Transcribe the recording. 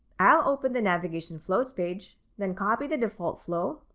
i'll open the navigation flows page, then copy the default flow,